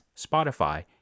Spotify